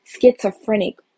schizophrenic